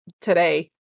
today